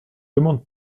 demande